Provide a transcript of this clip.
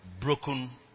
broken